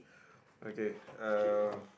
okay uh